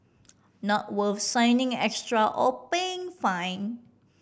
not worth signing extra or paying fine